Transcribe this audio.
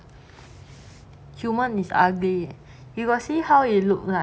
human is ugly you will see how it looks like